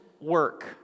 work